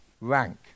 rank